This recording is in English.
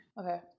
okay